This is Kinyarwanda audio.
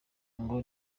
ngo